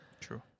true